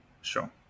Sure